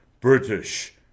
british